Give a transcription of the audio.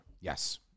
Yes